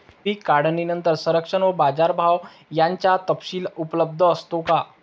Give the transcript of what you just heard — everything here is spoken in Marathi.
पीक काढणीनंतर संरक्षण व बाजारभाव याचा तपशील उपलब्ध असतो का?